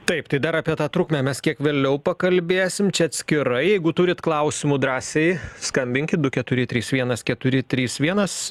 taip tai dar apie tą trukmę mes kiek vėliau pakalbėsim atskirai jeigu turit klausimų drąsiai skambinkit du keturi trys vienas keturi trys vienas